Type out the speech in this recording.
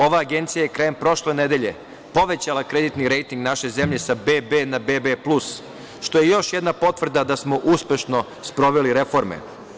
Ova agencija je krajem prošle nedelje povećala kreditni rejting naše zemlje sa BB na BB plus, što je još jedna potvrda da smo uspešno sproveli reforme.